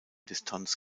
distanz